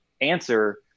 answer